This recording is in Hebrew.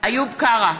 איוב קרא,